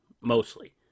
mostly